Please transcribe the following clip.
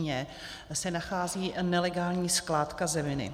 Chýně se nachází nelegální skládka zeminy.